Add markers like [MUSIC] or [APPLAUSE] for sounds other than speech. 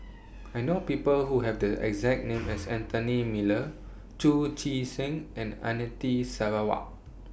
[NOISE] I know People Who Have The exact name as Anthony Miller Chu Chee Seng and Anita Sarawak